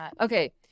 Okay